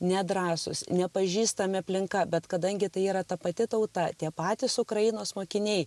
nedrąsūs nepažįstami aplinka bet kadangi tai yra ta pati tauta tie patys ukrainos mokiniai